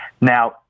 Now